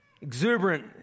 exuberant